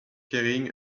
carrying